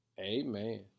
amen